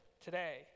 today